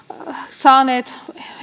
saaneet